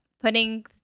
putting